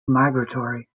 migratory